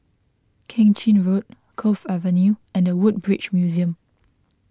Keng Chin Road Cove Avenue and the Woodbridge Museum